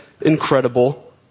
incredible